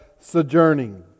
sojourning